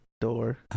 door